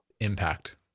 impact